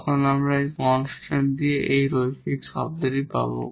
তখন আমরা এখানে কনস্ট্যান্ট দিয়ে এই লিনিয়ার টার্মটি পাব